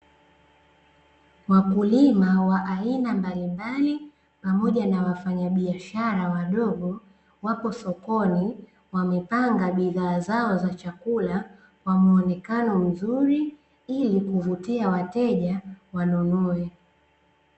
Wakulima wa aina mbalimbali pamoja na wafanyabiashara wadogo, wapo sokoni, wamepanga bidhaa zao za chakula kwa muonekano mzuri ili kuvutia wateja wanunue.